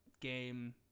game